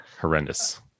Horrendous